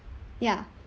ya